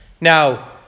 Now